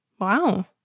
Wow